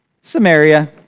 Samaria